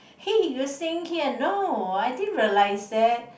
hey you were staying here no I didn't realise that